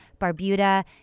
Barbuda